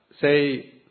Say